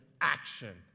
action